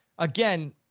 Again